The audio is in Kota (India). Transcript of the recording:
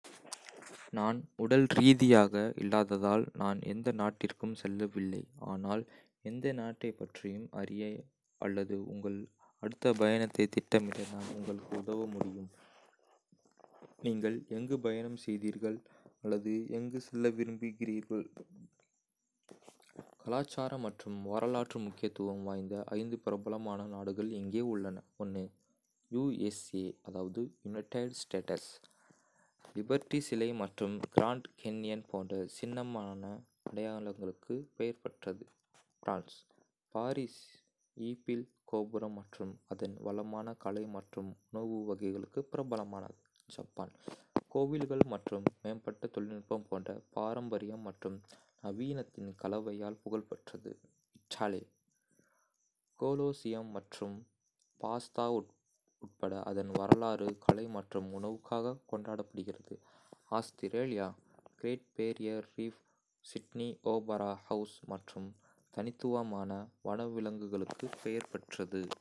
நான் உடல் ரீதியாக இல்லாததால் நான் எந்த நாட்டிற்கும் செல்லவில்லை, ஆனால் எந்த நாட்டைப் பற்றியும் அறிய அல்லது உங்கள் அடுத்த பயணத்தைத் திட்டமிட நான் உங்களுக்கு உதவ முடியும்! நீங்கள் எங்கு பயணம் செய்தீர்கள், அல்லது எங்கு செல்ல விரும்புகிறீர்கள்? கலாச்சார மற்றும் வரலாற்று முக்கியத்துவம் வாய்ந்த ஐந்து பிரபலமான நாடுகள் இங்கே உள்ளன: யுனைடெட் ஸ்டேட்ஸ் - லிபர்ட்டி சிலை மற்றும் கிராண்ட் கேன்யன் போன்ற சின்னமான அடையாளங்களுக்கு பெயர் பெற்றது. பிரான்ஸ் - பாரிஸ், ஈபிள் கோபுரம் மற்றும் அதன் வளமான கலை மற்றும் உணவு வகைகளுக்கு பிரபலமானது. ஜப்பான் - கோவில்கள் மற்றும் மேம்பட்ட தொழில்நுட்பம் போன்ற பாரம்பரியம் மற்றும் நவீனத்தின் கலவையால் புகழ்பெற்றது. இத்தாலி - கொலோசியம் மற்றும் பாஸ்தா உட்பட அதன் வரலாறு, கலை மற்றும் உணவுக்காக கொண்டாடப்படுகிறது. Australia - Great Barrier Reef, Sydney Opera House மற்றும் தனித்துவமான வனவிலங்குகளுக்கு பெயர் பெற்றது.